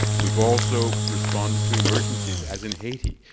we've also responded to emergencies as in haiti.